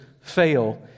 fail